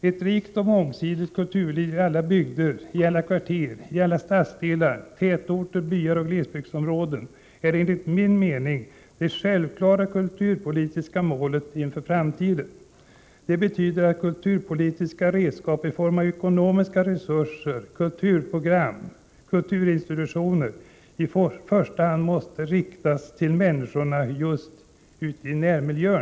Ett rikt och mångsidigt kulturliv i alla bygder, i alla kvarter, i alla stadsdelar, tätorter, byar och glesbygdsområden är enligt min mening det självklara kulturpolitiska målet inför framtiden. Det betyder att kulturpolitiska redskap i form av ekonomiska resurser, kulturprogram och kulturinstitutioner i första hand skall riktas just till människor i närmiljöer.